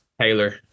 Taylor